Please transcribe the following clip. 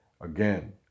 again